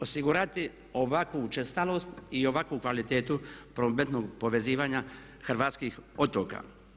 osigurati ovakvu učestalost i ovakvu kvalitetu prometnog povezivanja hrvatskih otoka.